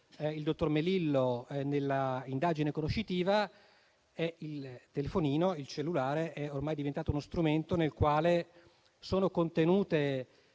il dottor Melillo nell'indagine conoscitiva - il telefonino è ormai diventato uno strumento nel quale è contenuta